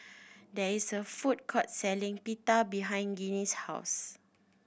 there is a food court selling Pita behind Ginny's house